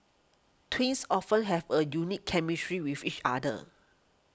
twins often have a unique chemistry with each other